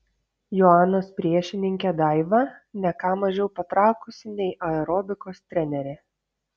joanos priešininkė daiva ne ką mažiau patrakusi nei aerobikos trenerė